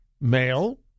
male